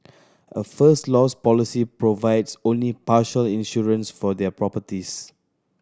a First Loss policy provides only partial insurance for their properties